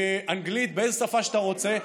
באנגלית, באיזו שפה שאתה רוצה,